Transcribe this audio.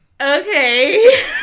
Okay